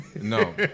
No